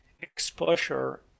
exposure